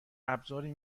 ابزاری